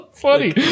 Funny